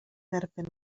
dderbyn